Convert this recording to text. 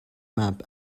map